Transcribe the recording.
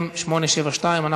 מס' מ/901.